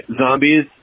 zombies